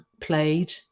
played